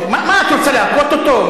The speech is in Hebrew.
מה את רוצה, להכות אותו?